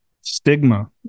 stigma